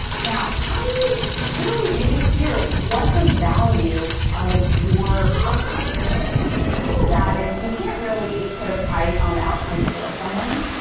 now, how do you really make it clear what the value of your outcome is? the thing with that is you can't really put a price on the outcome for someone,